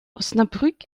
osnabrück